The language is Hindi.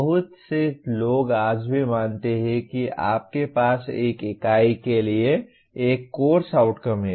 बहुत से लोग आज भी मानते हैं कि आपके पास एक इकाई के लिए एक कोर्स आउटकम है